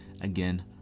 again